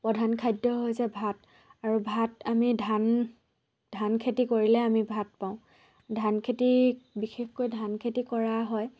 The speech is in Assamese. প্ৰধান খাদ্য হৈছে ভাত আৰু ভাত আমি ধান ধান খেতি কৰিলে আমি ভাত পাওঁ ধান খেতি বিশেষকৈ ধান খেতি কৰা হয়